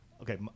okay